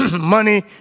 money